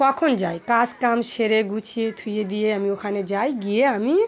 কখন যাই কাজ কাম সেরে গুছিয়ে থুয়ে দিয়ে আমি ওখানে যাই গিয়ে আমি